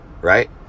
right